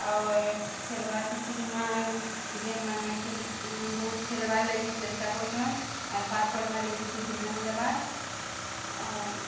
ଅର୍ ଖେଲ୍ବାର୍ କିଛି ନୂଆ ଗେମ୍ମାନେ ବହୁତ୍ ଖେଲ୍ବାର୍ ଲାଗି ଚେଷ୍ଟା କରୁଛନ୍ ଆର୍ ପାଠପଢ଼ବା ଲାଗି କିଛି ଧ୍ୟାନ୍ ନା ଦେବା